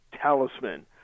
talisman